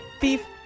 beef